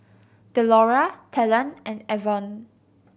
Delora Talen and Avon